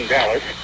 Dallas